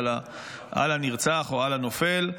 על הנרצח או על הנופל,